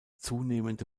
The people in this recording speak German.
zunehmende